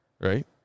Right